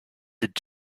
did